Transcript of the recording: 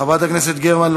חברת הכנסת גרמן,